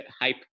hype